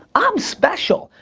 i'm special.